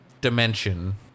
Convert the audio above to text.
dimension